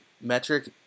metric